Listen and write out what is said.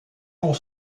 pour